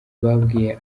babwiye